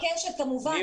מבקשת, כמובן.